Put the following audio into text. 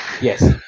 Yes